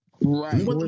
right